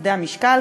כבדי המשקל,